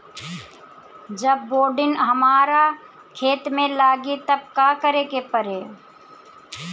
जब बोडिन हमारा खेत मे लागी तब का करे परी?